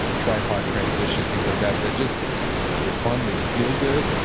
tripod transition, things like that that just they're fun, they feel good.